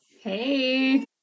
Hey